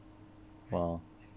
是哦